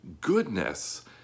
goodness